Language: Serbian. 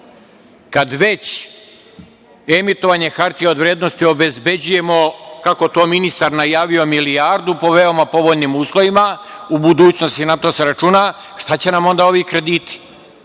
kad već emitovanje hartija od vrednosti obezbeđujemo, kako je to ministar najavio, milijardu po veoma povoljnim uslovima, u budućnosti, na to se računa, šta će nam onda ovi krediti?